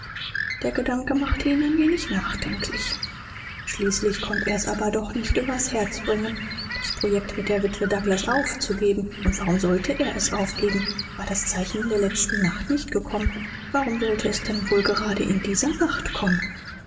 der gedanke machte ihn ein wenig nachdenklich schließlich konnte er's aber doch nicht übers herz bringen das projekt mit der witwe douglas aufzugeben und warum sollte er es aufgeben war das zeichen in der letzten nacht nicht gekommen warum sollte es denn wohl gerade in dieser nacht kommen